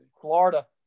Florida